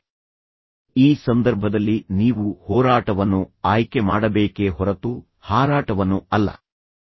ಆದರೆ ನಿಸ್ಸಂಶಯವಾಗಿ ಈ ಸಂದರ್ಭದಲ್ಲಿ ನೀವು ಹೋರಾಟವನ್ನು ಆಯ್ಕೆ ಮಾಡಬೇಕೇ ಹೊರತು ಹಾರಾಟವನ್ನು ಅಲ್ಲ ಎಂದು ನಿಮಗೆ ತಿಳಿದಿದೆ